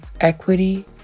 equity